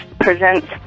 presents